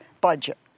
budget